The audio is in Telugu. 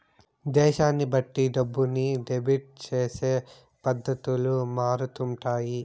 దేశాన్ని బట్టి డబ్బుని డెబిట్ చేసే పద్ధతులు మారుతుంటాయి